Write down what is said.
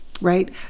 Right